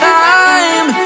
time